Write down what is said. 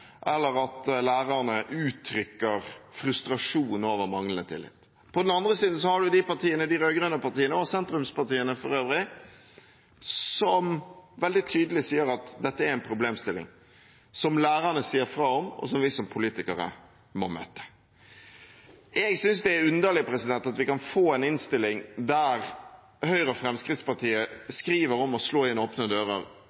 eller at lærerne uttrykker frustrasjon over manglende tillit. På den andre siden har man de rød-grønne partiene og sentrumspartiene for øvrig, som veldig tydelig sier at dette er en problemstilling som lærerne sier fra om, og som vi som politikere må møte. Jeg synes det er underlig at vi kan få en innstilling der Høyre og